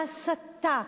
ההסתה,